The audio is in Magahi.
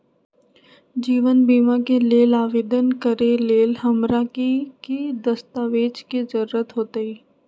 जीवन बीमा के लेल आवेदन करे लेल हमरा की की दस्तावेज के जरूरत होतई?